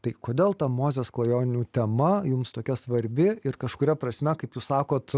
tai kodėl ta mozės klajonių tema jums tokia svarbi ir kažkuria prasme kaip jūs sakot